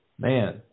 Man